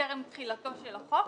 טרם תחילתו של החוק,